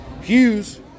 Hughes